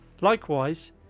likewise